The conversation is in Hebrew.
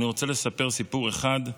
אני רוצה לספר סיפור אחד,